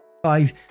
Five